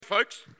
Folks